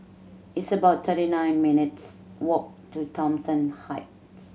it's about thirty nine minutes' walk to Thomson Heights